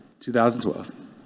2012